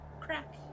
crack